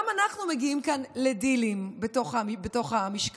גם אנחנו מגיעים כאן לדילים בתוך המשכן,